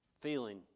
feeling